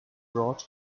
broad